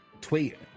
tweet